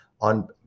on